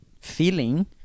feeling